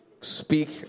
speak